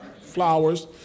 flowers